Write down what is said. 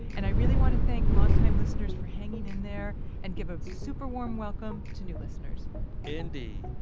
and i really wanna thank longtime listeners for hanging in there and give a super warm welcome to new listeners indeed.